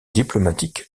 diplomatique